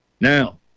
Now